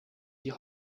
die